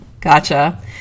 Gotcha